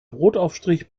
brotaufstrich